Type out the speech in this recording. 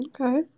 Okay